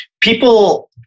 people